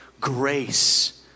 grace